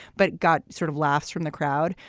but got sort of laughs from the crowd.